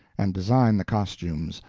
and design the costumes,